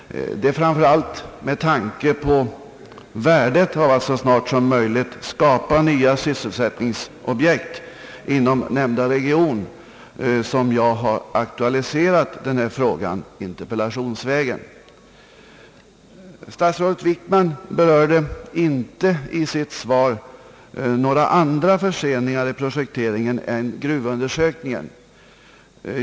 Det är framför allt med tanke på värdet av att så snart som möjligt skapa nya sysselsättningsobjekt inom nämnda region som jag har aktualiserat denna fråga interpellationsvägen. Statsrådet Wickman berörde i sitt svar inte några andra förseningar i projekteringen än gruvundersökningen.